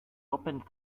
opened